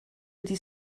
wedi